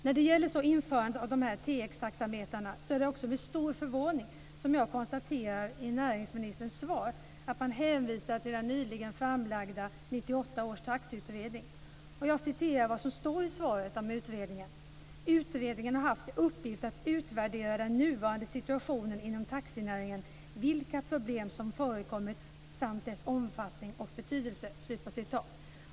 När det gäller införandet av TX-taxametrar är det också med stor förvåning som jag konstaterar att näringsministern i svaret hänvisar till den nyligen framlagda 1998 års taxiutredning. Jag citerar vad som står i svaret om utredningen: "Utredningen har haft till uppgift att utvärdera den nuvarande situationen inom taxinäringen, vilka problem som förekommer samt deras omfattning och betydelse."